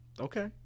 Okay